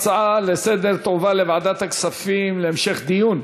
ההצעות לסדר-היום יועברו לוועדת הכספים להמשך דיון.